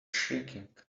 shrieking